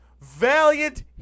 valiant